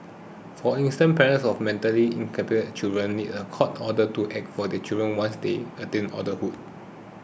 for instance parents of mentally incapacitated children need a court order to act for their children once they attain adulthood